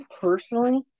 personally